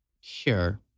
Sure